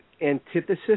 antithesis